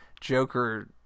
Joker